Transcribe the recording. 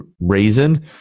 reason